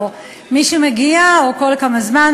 או מי שמגיע או כל כמה זמן,